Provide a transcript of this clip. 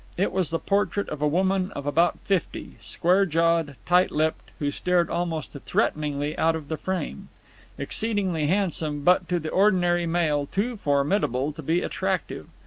it was the portrait of a woman of about fifty, square-jawed, tight-lipped, who stared almost threateningly out of the frame exceedingly handsome, but, to the ordinary male, too formidable to be attractive.